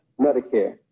Medicare